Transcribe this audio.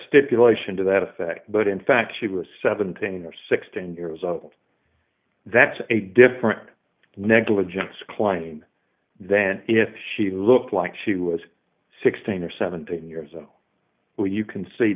stipulation to that effect but in fact she was seventeen or sixteen years old that's a different negligence climb than if she looked like she was sixteen or seventeen years i'm sure you can s